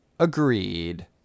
Agreed